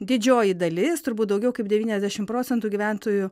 didžioji dalis turbūt daugiau kaip devyniasdešim procentų gyventojų